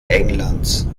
englands